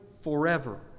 forever